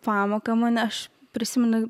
pamoką mane aš prisimenu